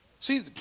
See